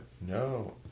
no